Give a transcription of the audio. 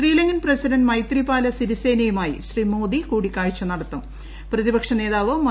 Sri Lankan president Maithripala സിരിസേനയുമായി ശ്രീ മോദി കൂടിക്കാഴ്ച പ്രതിപക്ഷനേതാവ് നടത്തും